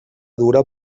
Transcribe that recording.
dura